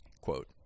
quote